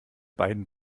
beiden